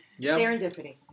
Serendipity